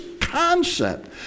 concept